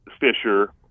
Fisher